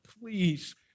please